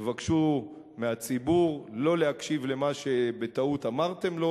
תבקשו מהציבור לא להקשיב למה שבטעות אמרתם לו